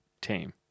team